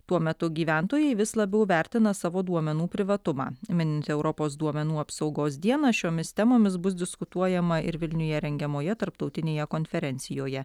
tuo metu gyventojai vis labiau vertina savo duomenų privatumą minint europos duomenų apsaugos dieną šiomis temomis bus diskutuojama ir vilniuje rengiamoje tarptautinėje konferencijoje